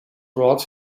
brought